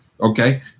Okay